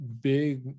big